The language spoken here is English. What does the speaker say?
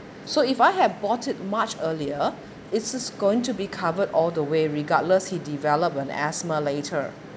so if I have bought it much earlier it is going to be covered all the way regardless he develop an asthma later